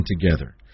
together